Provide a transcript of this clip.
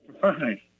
Fine